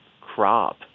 crop